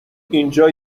اینجا